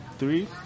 Three